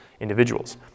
individuals